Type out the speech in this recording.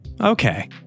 Okay